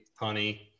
honey